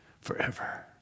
forever